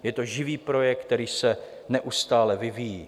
Je to živý projekt, který se neustále vyvíjí.